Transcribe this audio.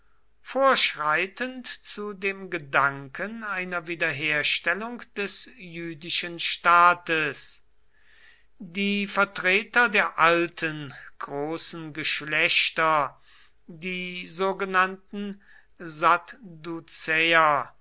vorschreitend zu dem gedanken einer wiederherstellung des jüdischen staates die vertreter der alten großen geschlechter die sogenannten